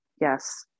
yes